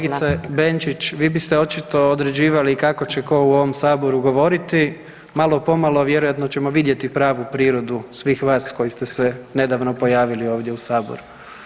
Kolegice Benčić, vi biste očito određivali kako će ko u ovom saboru govoriti, malo pomalo vjerojatno ćemo vidjeti pravu prirodu svih vas koji ste se nedavno pojavili ovdje u saboru.